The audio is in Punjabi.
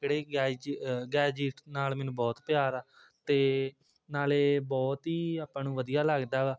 ਜਿਹੜੇ ਕਿ ਅੱਜ ਗੈਜੀਟ ਨਾਲ ਮੈਨੂੰ ਬਹੁਤ ਪਿਆਰ ਆ ਅਤੇ ਨਾਲੇ ਬਹੁਤ ਹੀ ਆਪਾਂ ਨੂੰ ਵਧੀਆ ਲੱਗਦਾ ਵਾ